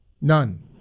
None